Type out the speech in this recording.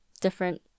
different